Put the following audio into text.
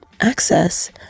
access